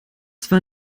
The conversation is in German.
zwar